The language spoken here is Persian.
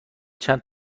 چند